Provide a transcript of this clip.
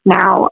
now